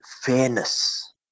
fairness